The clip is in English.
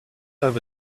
over